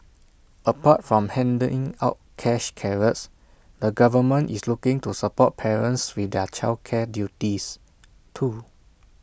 apart from handing out cash carrots the government is looking to support parents with their childcare duties too